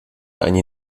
eine